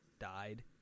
died